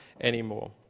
anymore